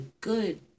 good